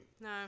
No